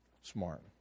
smart